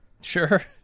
Sure